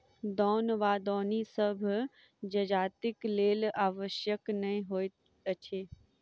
दौन वा दौनी सभ जजातिक लेल आवश्यक नै होइत अछि